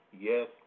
Yes